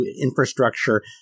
infrastructure